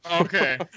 Okay